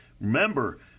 remember